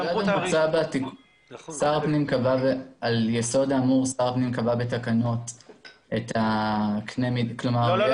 על יסוד האמור שר הפנים קבע בתקנות את --- לא.